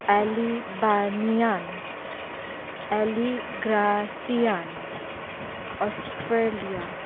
Liberian ᱮᱞᱤᱜᱨᱟᱴᱤᱭᱟᱱ Australia